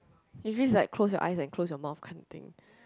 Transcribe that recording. usually it's like close your eyes and close your mouth kinda thing